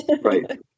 Right